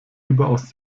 überaus